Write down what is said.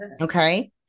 Okay